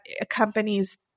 accompanies